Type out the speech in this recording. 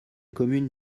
commune